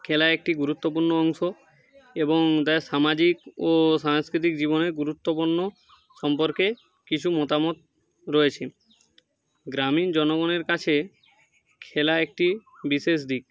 খেলা একটি গুরুত্বপূর্ণ অংশ এবং তার সামাজিক ও সাংস্কৃতিক জীবনের গুরুত্বপূর্ণ সম্পর্কে কিছু মতামত রয়েছে গ্রামীণ জনগণের কাছে খেলা একটি বিশেষ দিক